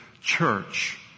church